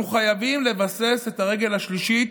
אנחנו חייבים לבסס את הרגל השלישית,